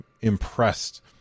impressed